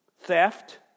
theft